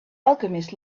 alchemist